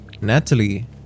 Natalie